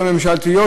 הממשלתיות,